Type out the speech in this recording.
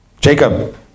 Jacob